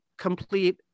complete